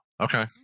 Okay